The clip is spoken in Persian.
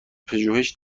پژوهش